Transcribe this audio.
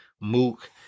Mook